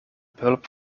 behulp